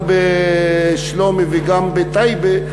גם בשלומי וגם בטייבה,